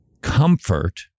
Comfort